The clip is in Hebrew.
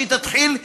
שתתחיל,